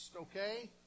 okay